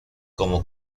como